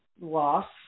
loss